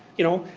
you know,